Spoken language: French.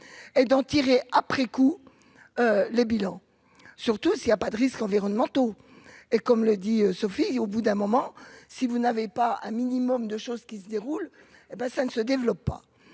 et d'en tirer après coup le bilan, surtout s'il a pas de risques environnementaux et comme le dit Sophie, au bout d'un moment, si vous n'avez pas un minimum de choses qui se déroule et ben, ça ne se développe pas,